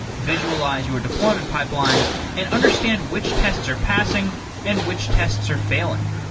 visualize your deployment pipelines and understand which tests are passing and which tests are failing.